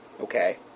Okay